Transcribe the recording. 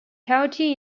county